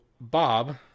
Bob